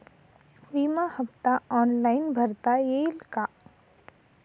विमा हफ्ता ऑनलाईन भरता येईल का?